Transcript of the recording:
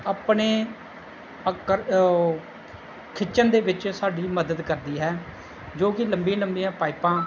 ਆਪਣੇ ਅਕਰ ਓ ਖਿੱਚਣ ਦੇ ਵਿੱਚ ਸਾਡੀ ਮਦਦ ਕਰਦੀ ਹੈ ਜੋ ਕਿ ਲੰਬੀਆਂ ਲੰਬੀਆਂ ਪਾਈਪਾਂ